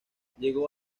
llegó